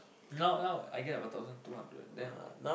now now I get about thousand two hundred dollars then